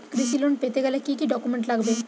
কৃষি লোন পেতে গেলে কি কি ডকুমেন্ট লাগবে?